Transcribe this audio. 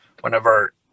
whenever